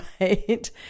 right